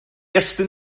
estyn